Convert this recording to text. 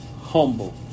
Humble